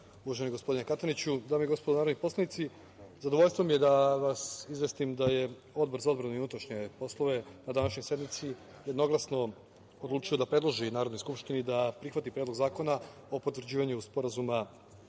uvaženi gospodine Kataniću, dame i gospodo narodni poslanici, zadovoljstvo mi je da vas izvestim da je Odbor za odbranu i unutrašnje poslove na današnjoj sednici jednoglasno odlučio da predloži Narodnoj skupštini da prihvati Predlog zakona o potvrđivanju Sporazuma